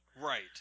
Right